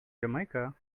jamaica